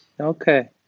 Okay